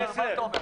טסלר.